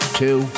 two